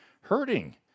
hurting